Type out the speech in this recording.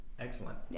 Excellent